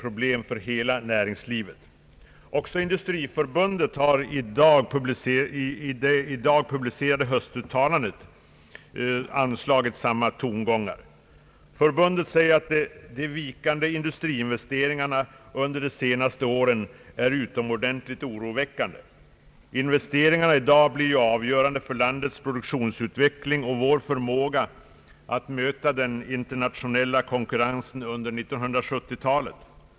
Också Industriförbundet har i det i dag publicerade höstuttalandet anslagit samma tongångar. Förbundet säger att de vikande industriinvesteringarna under de senaste åren är utomordentligt oroväckande. Investeringarna i dag blir ju avgörande för landets produktionsutveckling och vår förmåga att möta den internationella konkurrensen under 1970-talet.